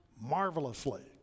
marvelously